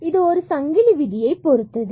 இது ஒரு சங்கிலி விதியை பொறுத்தது